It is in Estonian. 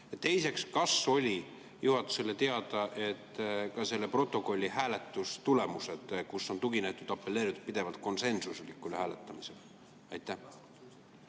Teiseks, kas oli juhatusele teada ka selle protokolli hääletustulemused, kus on tuginetud ja apelleeritud pidevalt konsensuslikule hääletamisele? Aitäh!